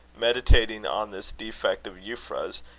meditating on this defect of euphra's,